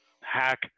Hack